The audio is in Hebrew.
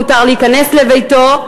מותר להיכנס לביתו,